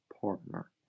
partner